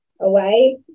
away